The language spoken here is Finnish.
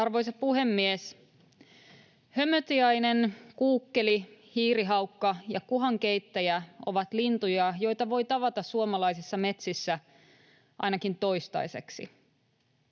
Arvoisa puhemies! Hömötiainen, kuukkeli, hiirihaukka ja kuhankeittäjä ovat lintuja, joita voi tavata suomalaisissa metsissä — ainakin toistaiseksi.